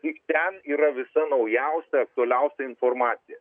tik ten yra visa naujausia aktualiausia informacija